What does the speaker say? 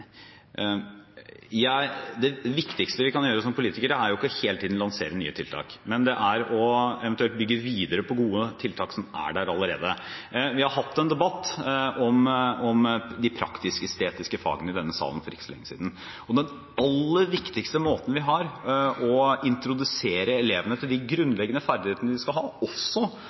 Det viktigste vi kan gjøre som politikere, er ikke hele tiden å lansere nye tiltak, men det er eventuelt å bygge videre på gode tiltak som er der allerede. Vi hadde en debatt om de praktisk-estetiske fagene i denne salen for ikke så lenge siden. Det aller viktigste vi har for å introdusere elevene for de